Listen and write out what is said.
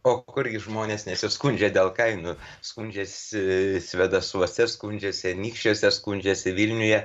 o kurgi žmonės nesiskundžia dėl kainų skundžiasi svėdasuose skundžiasi anykščiuose skundžiasi vilniuje